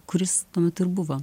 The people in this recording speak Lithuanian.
kuris tuo metu ir buvo